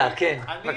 אני